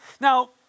Now